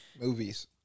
Movies